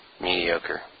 mediocre